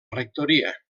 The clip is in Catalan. rectoria